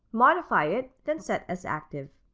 modify it, then set as active.